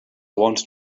wanted